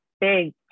big